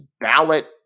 ballot